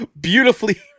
beautifully